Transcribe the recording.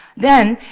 then,